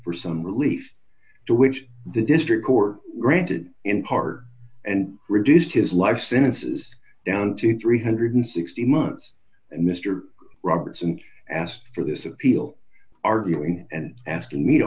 for some relief to which the district court granted in part and reduced his life sentences down to three hundred and sixty months and mister robertson asked for this appeal arguing and asking me to